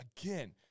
again